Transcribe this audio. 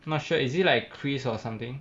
not sure is it like chris or something